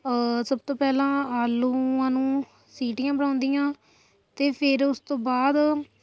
ਸਭ ਤੋਂ ਪਹਿਲਾਂ ਆਲੂਆਂ ਨੂੰ ਸੀਟੀਆਂ ਮਰਾਉਂਦੀ ਹਾਂ ਅਤੇ ਫਿਰ ਉਸ ਤੋਂ ਬਾਅਦ